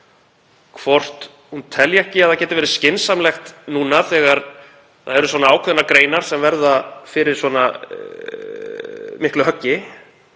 hvort hún telji ekki að það geti verið skynsamlegt núna þegar ákveðnar greinar verða fyrir svona miklu höggi